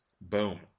boom